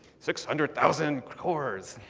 six hundred thousand cores,